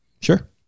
Sure